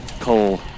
Cole